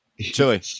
Chili